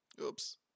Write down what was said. Oops